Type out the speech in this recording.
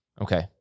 Okay